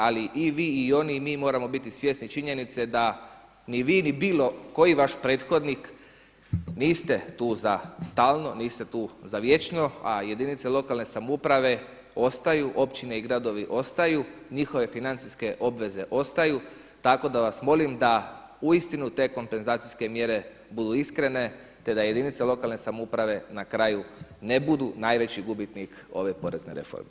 Ali i vi i oni i mi moramo biti svjesni činjenice da ni vi ni bilo koji vaš prethodnik niste tu za stalno, niste tu za vječno, a jedinice lokalne samouprave ostaju, općine i gradovi ostaju, njihove financijske obveze ostaju tako da vas molim da uistinu te kompenzacijske mjere budu iskrene te da jedinice lokalne samouprave na kraju ne budu najveći gubitnik ove porezne reforme.